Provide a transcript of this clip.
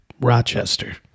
Rochester